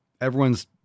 Everyone's